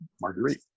Marguerite